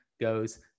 goes